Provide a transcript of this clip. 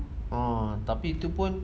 ah tapi itu pun